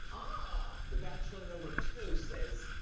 ah ah. bachelor number two says,